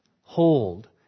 hold